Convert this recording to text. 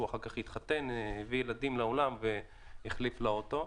התחתן והביא ילדים לעולם והחליף לאוטו,